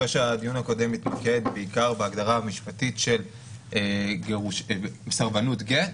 אחרי שהדיון הקודם התמקד בעיקר בהגדרה המשפטית של סרבנות גט,